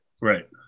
Right